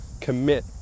commit